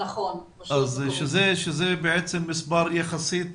שזה בעצם מספר יחסית